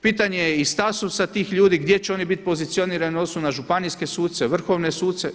Pitanje je i statusa tih ljudi gdje će oni bit pozicionirani u odnosu na županijske suce, vrhovne suce.